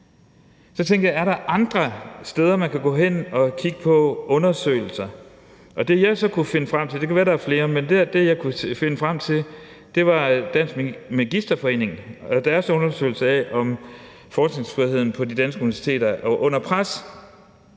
Så tænkte jeg: Er der andre steder, man kan gå hen og kigge på undersøgelser? Det, jeg så kunne finde frem til – det kan være, der er flere – var Dansk Magisterforening og deres undersøgelse af, om forskningsfriheden på de danske universiteter er under pres.